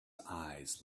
eyes